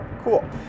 Cool